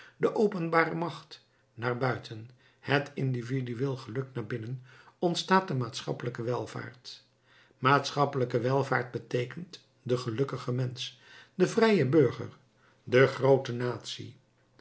de openbare macht naar buiten het individueel geluk naar binnen ontstaat de maatschappelijke welvaart maatschappelijke welvaart beteekent de gelukkige mensch de vrije burger de groote natie